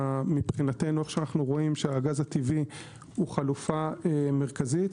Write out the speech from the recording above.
מבחינתנו אנו רואים שהגז הטבעי הוא חלופה מרכזית.